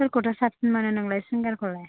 सोरखौथो साबसिन मोनो नोंलाय सिंगारखौलाय